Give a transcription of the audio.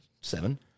Seven